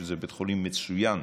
שהוא בית חולים מצוין,